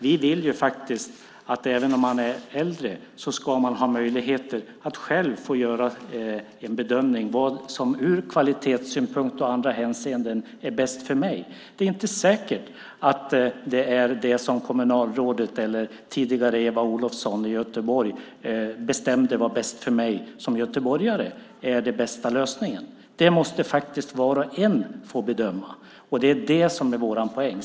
Vi vill att man även om man är äldre ska ha möjlighet att själv göra en bedömning av vad som, ur kvalitetssynpunkt och andra hänseenden, är bäst för just en själv. Det är inte säkert att det är det som kommunalrådet eller tidigare Eva Olofsson i Göteborg bestämde var bäst för mig som göteborgare som är den bästa lösningen. Det måste faktiskt var och en få bedöma, och det är det som är vår poäng.